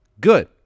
good